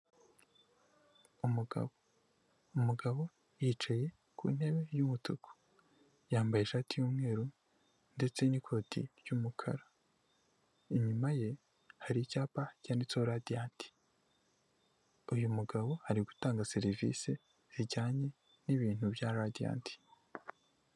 Umugabo umugabo yicaye ku ntebe y'umutuku yambaye ishati y'umweru ndetse n'ikoti ry'umukara inyuma ye hari icyapa cyanditseho radiyanti uyu mugabo ari gutanga serivisi zijyanye n'ibintu bya radiyanti.